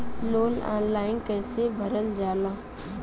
Loan online कइसे भरल जाला?